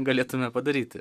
galėtume padaryti